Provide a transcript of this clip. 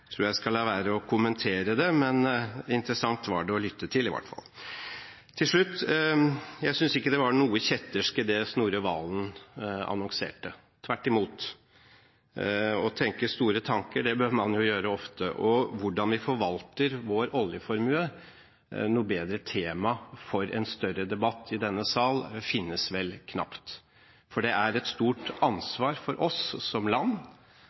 tror jeg skal la være å kommentere det – interessant var det å lytte til i hvert fall. Til slutt: Jeg synes ikke det var noe kjettersk i det Snorre Serigstad Valen annonserte. Tvert imot, å tenke store tanker bør man gjøre ofte. Hvordan vi forvalter vår oljeformue – noe bedre tema for en større debatt i denne sal finnes vel knapt. Det er et stort ansvar for oss som land